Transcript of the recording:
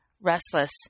restless